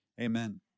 amen